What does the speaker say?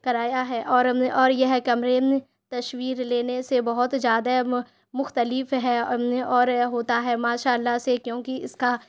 کرایا ہے اور اور یہ کمرے میں تصویر لینے سے بہت زیادہ مختلف ہے اور ہوتا ہے ماشاء اللہ سے کیونکہ اس کا